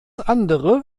andere